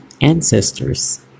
ancestors